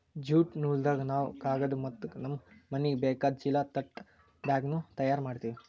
jute ನೂಲ್ದಾಗ್ ನಾವ್ ಕಾಗದ್ ಮತ್ತ್ ನಮ್ಮ್ ಮನಿಗ್ ಬೇಕಾದ್ ಚೀಲಾ ತಟ್ ಬ್ಯಾಗ್ನು ತಯಾರ್ ಮಾಡ್ತೀವಿ